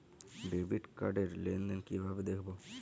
Debit card র লেনদেন কিভাবে দেখবো?